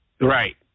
Right